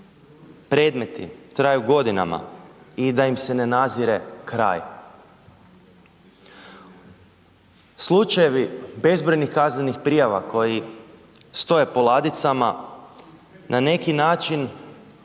predmeti traju godinama i da im se ne nadzire kraj. Slučajevi bezbrojnih kaznenih prijava koji stoje po ladicama na neki način